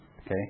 Okay